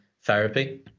therapy